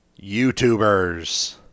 YouTubers